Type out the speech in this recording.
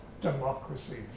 democracy